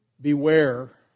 Beware